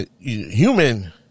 human